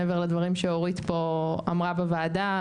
מעבר לדברים שאורית פה אמרה בוועדה,